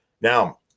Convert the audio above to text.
Now